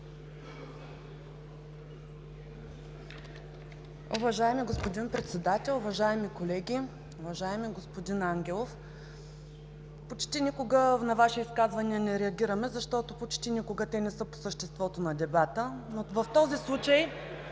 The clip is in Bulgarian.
Уважаеми господин Председател, уважаеми колеги! Уважаеми господин Ангелов, почти никога на Ваше изказване не реагираме, защото почти никога не са по съществото на дебата, но в този случай